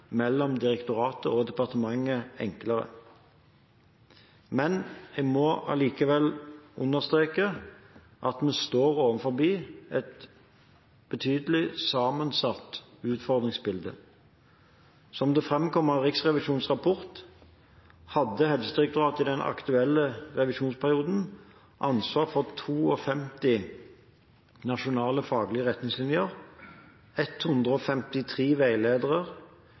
mellom direktoratet og departementet enklere. Men jeg må allikevel understreke at vi står overfor et betydelig sammensatt utfordringsbilde. Som det framkommer av Riksrevisjonens rapport, hadde Helsedirektoratet i den aktuelle revisjonsperioden ansvar for 52 nasjonale faglige retningslinjer, 153 veiledere,